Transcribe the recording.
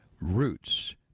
roots